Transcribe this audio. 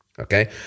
Okay